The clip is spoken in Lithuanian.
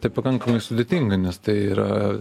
tai pakankamai sudėtinga nes tai yra